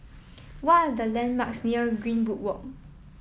what are the landmarks near Greenwood Walk